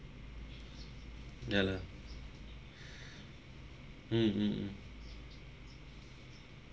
ya lah mm mm